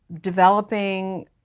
developing